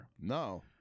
No